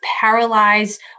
paralyzed